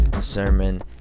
sermon